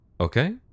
Okay